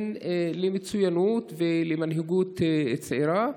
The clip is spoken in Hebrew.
הם למצוינות ולמנהיגות צעירה,